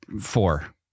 Four